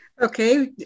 Okay